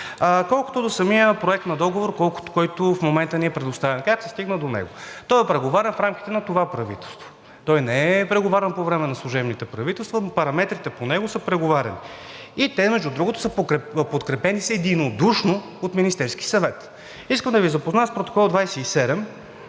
Колкото до самия проект на договор, който в момента ни е предоставен. Как се стигна до него? Той е преговарян в рамките на това правителство – той не е преговарян по време на служебните правителства, а по параметрите по него са преговаряли. И те, между другото, са подкрепени единодушно от Министерския съвет. Искам да Ви запозная с протокол от